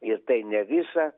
ir tai ne visą